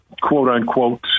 quote-unquote